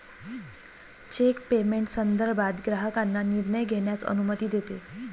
check payment संदर्भात ग्राहकांना निर्णय घेण्यास अनुमती देते